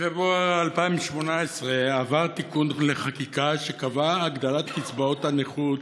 בפברואר 2018 עבר תיקון לחקיקה שקבע הגדלה של קצבאות הנכות